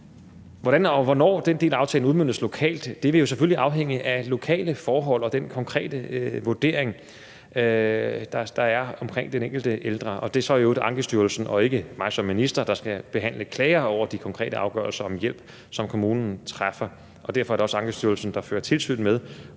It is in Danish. hvornår den del af aftalen udmøntes lokalt, vil jo selvfølgelig afhænge af lokale forhold og den konkrete vurdering, der er, af den enkelte ældre. Det er så i øvrigt Ankestyrelsen og ikke mig som minister, der skal behandle klager over de konkrete afgørelser om hjælp, som kommunen træffer. Derfor er det også Ankestyrelsen, der fører tilsyn med,